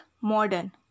modern